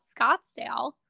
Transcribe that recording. Scottsdale